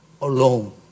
alone